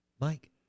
Mike